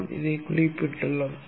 நாம் குறிப்பிட்டுள்ளோம்